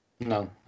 No